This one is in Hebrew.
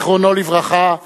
זיכרונו לברכה,